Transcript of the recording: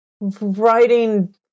writing